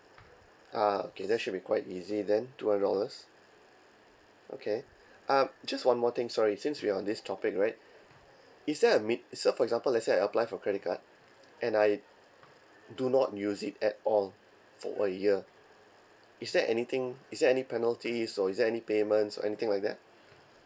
ah okay that should be quite easy then two hundred dollars okay uh just one more thing sorry since we are on this topic right is there a min~ say for example let's say I apply for credit card and I do not use it at all for a year is there anything is there any penalties or is there any payments anything like that